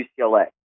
UCLA